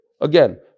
Again